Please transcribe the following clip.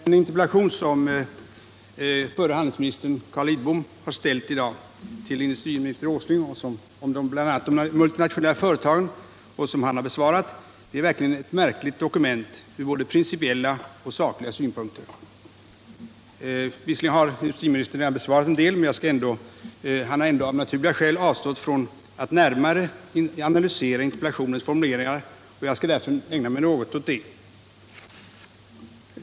Herr talman! Den interpellation som förre handelsministern Carl Lidbom har riktat till industriminister Åsling om bl.a. multinationella företag och som har besvarats i dag är verkligen ett märkligt dokument från både principiella och sakliga synpunkter. Visserligen har industriministern besvarat en del frågor men han har av naturliga skäl avstått från att närmare analysera interpellationens formuleringar. Jag skall därför ägna mig något åt det.